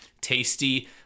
tasty